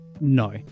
No